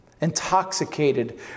Intoxicated